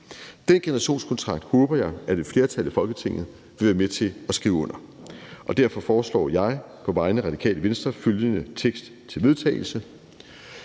Den generationskontrakt håber jeg at et flertal i Folketinget vil være med til at skrive under på. Derfor foreslår jeg på vegne af Radikale Venstre følgende vedtagelsestekst: